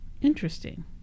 Interesting